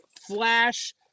Flash